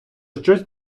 щось